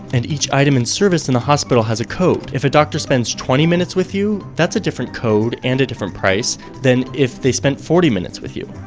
and each item and service in the hospital has a code. if a doctor spends twenty minutes with you, that's a different code and a different price than if they spent forty minutes with you.